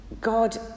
God